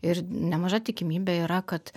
ir nemaža tikimybė yra kad